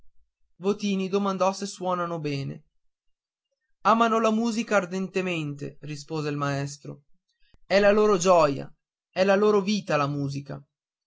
votini domandò se suonano bene amano la musica ardentemente rispose il maestro è la loro gioia è la loro vita la musica